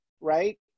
right